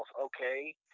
okay